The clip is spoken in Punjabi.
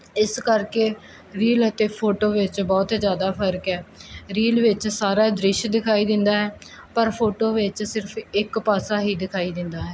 ਇਸ ਕਰਕੇ ਰੀਲ ਅਤੇ ਫੋਟੋ ਵਿੱਚ ਬਹੁਤ ਜ਼ਿਆਦਾ ਫਰਕ ਹੈ ਰੀਲ ਵਿੱਚ ਸਾਰਾ ਦ੍ਰਿਸ਼ ਦਿਖਾਈ ਦਿੰਦਾ ਹੈ ਪਰ ਫੋਟੋ ਵਿੱਚ ਸਿਰਫ ਇੱਕ ਪਾਸਾ ਹੀ ਦਿਖਾਈ ਦਿੰਦਾ ਹੈ